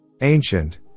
Ancient